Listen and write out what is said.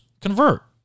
Convert